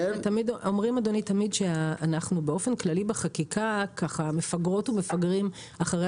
אומרים שאנחנו באופן כללי בחקיקה מפגרות ומפגרים אחרי